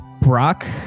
Brock